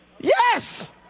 Yes